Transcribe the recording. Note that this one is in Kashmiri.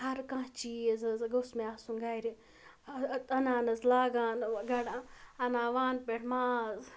ہَر کانٛہہ چیٖز حظ گوٚژھ مےٚ آسُن گَرِ اَنان حظ لاگان گڑان اَنان وَانہٕ پٮ۪ٹھ ماز